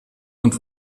und